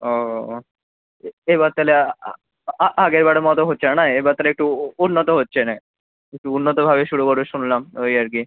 ও এবার তাহলে আগের বারের মতো হচ্ছে না না এবারে তাহলে একটু উন্নত হচ্ছে নে একটু উন্নতভাবে শুরু করবে শুনলাম ওই আর কি